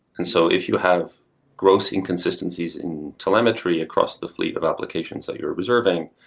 and so if you have gross inconsistencies in telemetry across the fleet of applications that you're reserving,